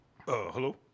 hello